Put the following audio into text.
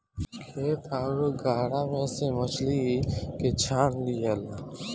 खेत आउरू गड़हा में से मछली के छान लियाला